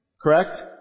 Correct